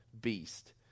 beast